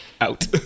Out